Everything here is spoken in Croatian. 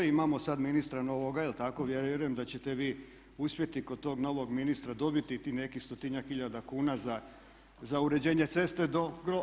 Imamo sad ministra novoga jel tako, ja vjerujem da ćete vi uspjeti kod tog novog ministra dobiti tih nekih stotinjak tisuća kuna za uređenje ceste do groblja.